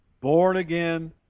born-again